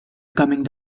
coming